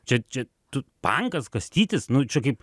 čia čia tu pankas kastytis nu čia kaip